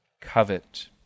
covet